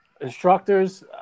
Instructors